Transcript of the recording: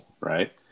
right